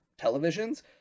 televisions